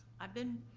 i've been,